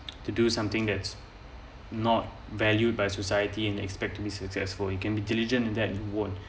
to do something that's not valued by society and expect to be successful it can be diligent and that would